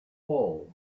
all